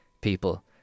people